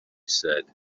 said